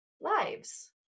lives